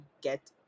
get